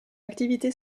activité